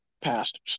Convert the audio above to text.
pastors